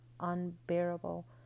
Unbearable